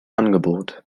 angebot